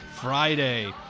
Friday